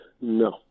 No